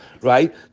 right